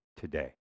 today